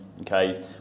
okay